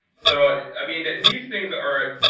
so i mean, these things are